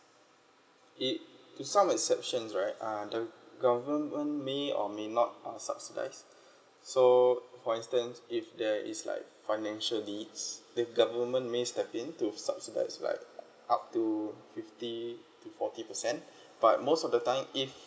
it to some exceptions right uh the government m~ may or may not uh subsidize so for instance if there is like financial needs the government may step in to subsidize like up to fifty to forty percent but most of the time if